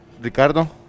Ricardo